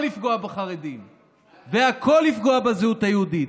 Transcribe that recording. לפגוע בחרדים והכול לפגוע בזהות היהודית.